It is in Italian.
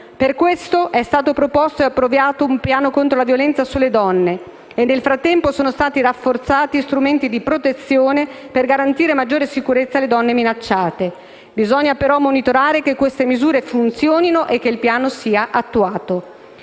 Per questo è stato proposto e approvato un piano contro la violenza sulle donne. Nel frattempo sono stati rafforzati strumenti di protezione per garantire maggiore sicurezza alle donne minacciate. Bisogna, però, monitorare affinché queste misure funzionino e che il piano sia attuato.